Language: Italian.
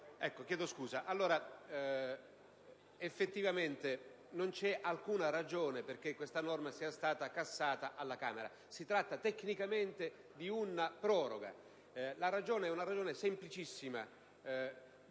chiedo scusa. Effettivamente, non c'è alcuna ragione per la quale tale norma sia stata cassata alla Camera. Si tratta tecnicamente di una proroga, e la ragione è semplicissima: